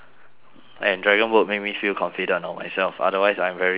and dragon boat make me feel confident about myself otherwise I'm very uh